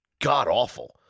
god-awful